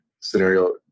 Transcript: scenario